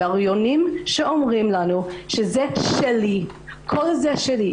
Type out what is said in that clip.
בריונים שאומרים לנו שזה שלי, כל זה שלי.